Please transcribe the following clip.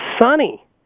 sunny